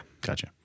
Gotcha